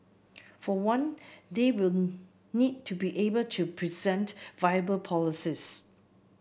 for one they will need to be able to present viable policies